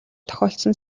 тохиолдсон